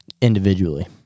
individually